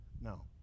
No